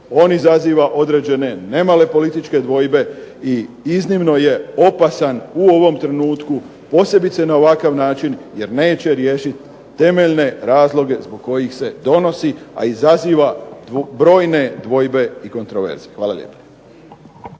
on izaziva određene nemale političke dvojbe i iznimno je opasan u ovom trenutku, posebice na ovakav način jer neće riješiti temeljne razloge zbog kojih se donosi, a izaziva brojne dvojbe i kontroverze. Hvala lijepa.